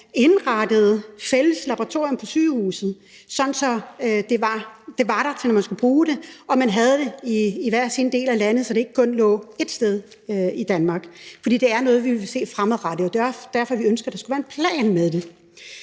indrettede et fælles laboratorium på sygehuset, sådan at det var der, til når man skulle bruge det, og så man havde det i hver sin del af landet, så det ikke kun lå ét sted i Danmark. For det er noget, vi vil se fremadrettet, og det er også derfor, vi ønsker, at der skal være en plan for det.